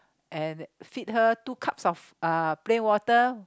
and feed her two cups of uh plain water